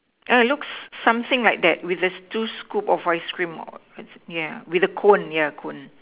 uh it looks something like that with its two scoop of ice cream yeah with a cone yeah cone